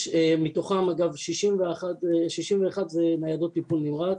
מתוכם אגב 61 זה ניידות טיפול נמרץ,